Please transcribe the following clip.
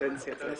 לקדנציה זו.